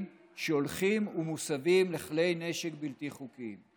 שהולכים ומוסבים לכלי נשק בלתי חוקיים.